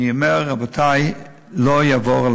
אני אומר, רבותי, זה לא יעבור.